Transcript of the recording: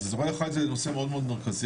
נושא אזורי החיץ הוא נושא מאוד מאוד מרכזי,